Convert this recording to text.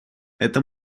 это